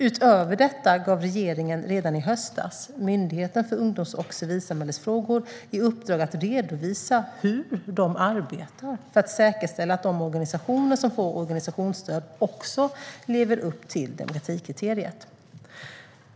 Utöver detta gav regeringen redan i höstas Myndigheten för ungdoms och civilsamhällesfrågor i uppdrag att redovisa hur de arbetar för att säkerställa att de organisationer som får organisationsstöd också lever upp till demokratikriteriet.